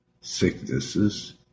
sicknesses